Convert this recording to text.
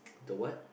the what